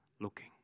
looking